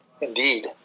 Indeed